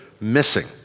missing